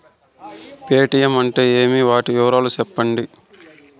Paytm అంటే ఏమి, వాటి వివరాలు సెప్పండి?